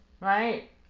right